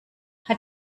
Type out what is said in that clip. hat